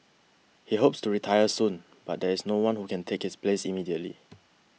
he hopes to retire soon but there is no one who can take his place immediately